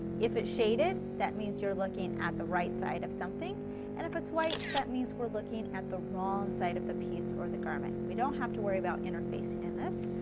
if it's shaded that means you're looking at the right side of something and if it's white that means we are looking at the wrong side of the piece or the garment. we don't have to worry about interfacing in this.